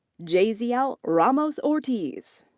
jaziel ramos-ortiz.